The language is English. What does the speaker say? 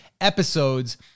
episodes